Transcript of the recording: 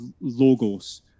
logos